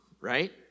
right